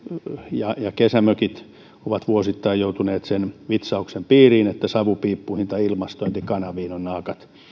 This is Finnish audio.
kotitaloudet ja kesämökit ovat vuosittain joutuneet sen vitsauksen piiriin että savupiippuihin tai ilmastointikanaviin ovat